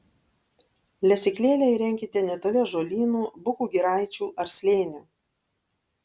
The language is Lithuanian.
lesyklėlę įrenkite netoli ąžuolynų bukų giraičių ar slėnių